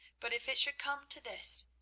but if it should come to this,